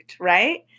right